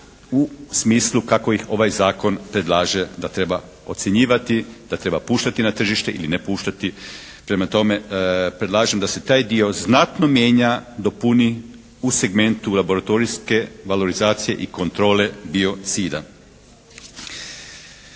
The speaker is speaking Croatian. u smislu kako ih ovaj zakon predlaže da treba ocjenjivati, da treba puštati na tržište ili ne puštati. Prema tome, predlažem da se taj dio znatno mijenja, dopuni u segmentu laboratorijske valorizacije i kontrole biocida.